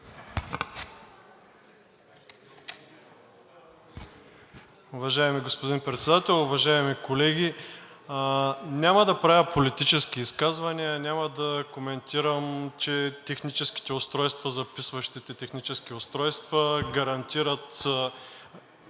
Уважаеми господин Председател, уважаеми колеги! Няма да правя политически изказвания. Няма да коментирам, че записващите технически устройства са